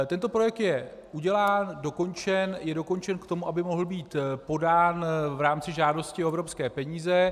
Tento projekt je udělán, dokončen, je dokončen k tomu, aby mohl být podán v rámci žádosti o evropské peníze.